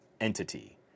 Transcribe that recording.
entity